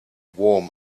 warm